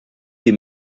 die